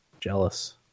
Jealous